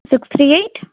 sixty eight